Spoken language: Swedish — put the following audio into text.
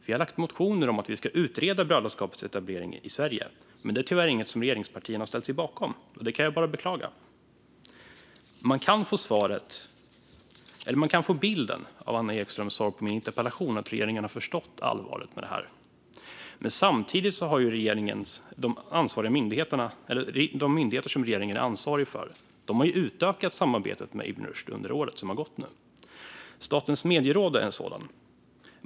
Vi har lagt fram motioner om att utreda brödraskapets etablering i Sverige, men det är tyvärr inget som regeringspartierna har ställt sig bakom. Det kan jag bara beklaga. Av Anna Ekströms svar på min interpellation kan man få bilden att regeringen har förstått allvaret i detta. Men samtidigt har de myndigheter som regeringen är ansvarig för utökat samarbetet med Ibn Rushd under året som gått. Statens medieråd är en sådan myndighet.